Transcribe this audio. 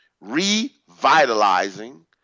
revitalizing